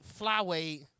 flyweight